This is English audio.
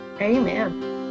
Amen